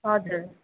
हजुर